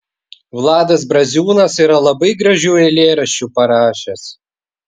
vladas braziūnas yra labai gražių eilėraščių parašęs